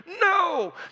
No